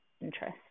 interest